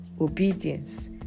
Obedience